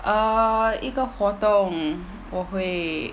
err 一个活动我会